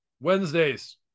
wednesdays